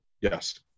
yes